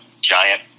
giant